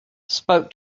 spoke